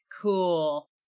Cool